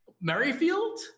Merrifield